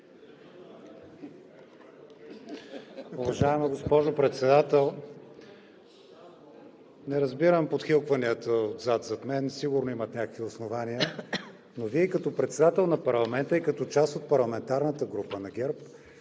Уважаема госпожо Председател, не разбирам подхилванията зад мен. Сигурно имат някакви основания, но Вие като председател на парламента и като част от парламентарната група на ГЕРБ